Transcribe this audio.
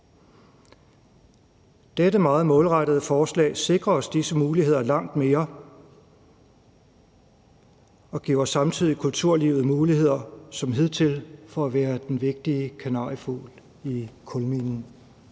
Dette meget målrettede forslag sikrer os disse muligheder langt mere og giver samtidig kulturlivet muligheder som hidtil for at være den vigtige kanariefugl i kulminen.